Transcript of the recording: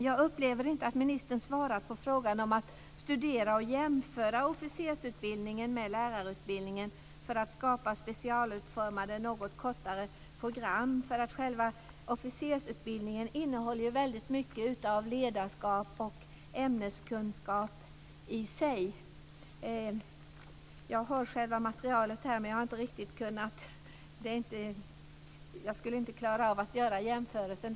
Jag upplever inte att ministern svarar på frågan om att studera och jämföra officersutbildningen med lärarutbildningen för att skapa specialutformade, något kortare program. Själva officersutbildningen innehåller ju väldigt mycket av ledarskap och ämneskunskap i sig. Jag har själva materialet här, men jag skulle inte klara av att göra jämförelsen.